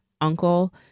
uncle